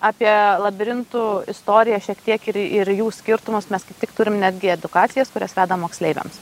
apie labirintų istoriją šiek tiek ir ir jų skirtumus mes kaip tik turim netgi edukacijas kurias vedam moksleiviams